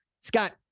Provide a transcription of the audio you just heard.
Scott